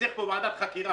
צריך פה ועדת חקירה,